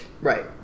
Right